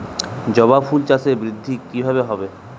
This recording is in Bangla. জবা ফুল চাষে বৃদ্ধি কিভাবে হবে?